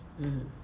mm